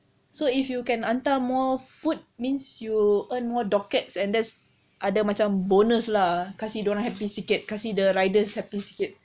so if you can hantar more food means you earn more dockets and there's ada macam bonus lah kasih dia orang happy sikit kasih the riders happy sikit